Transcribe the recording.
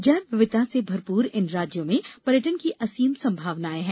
जैव विविधता से भरपूर इन राज्यों में पर्यटन की असीम संमावनाएं है